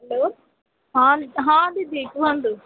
hello ହଁ ହଁ ଦିଦି କୁହନ୍ତୁ